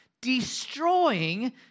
Destroying